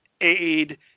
aid